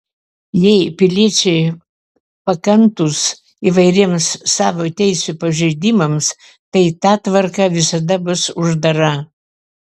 jei piliečiai pakantūs įvairiems savo teisių pažeidimams tai ta tvarka visada bus uždara